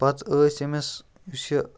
پَتہٕ ٲسۍ أمِس یُس یہِ